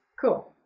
Cool